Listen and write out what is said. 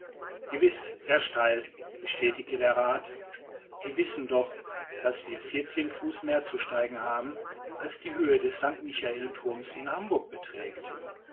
gewiß sehr steil bestätigte der rath sie wissen doch daß wir vierzehn fuß mehr zu steigen haben als die höhe des st michael thurms in hamburg beträgt